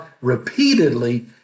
repeatedly